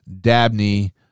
Dabney